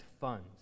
funds